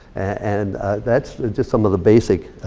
and that's just some of the basic